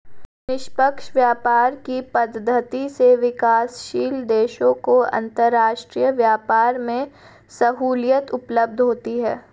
निष्पक्ष व्यापार की पद्धति से विकासशील देशों को अंतरराष्ट्रीय व्यापार में सहूलियत उपलब्ध होती है